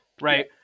right